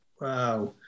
Wow